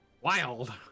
Wild